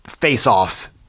face-off